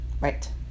Right